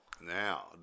Now